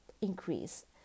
increase